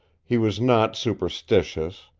he was not superstitious.